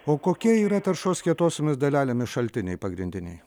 o kokie yra taršos kietosiomis dalelėmis šaltiniai pagrindiniai